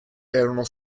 erano